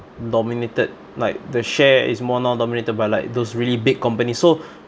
dominated like the share is more now dominated by like those really big company so